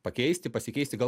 pakeisti pasikeisti galbūt